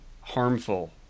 harmful